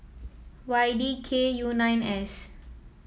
Y D K U nine S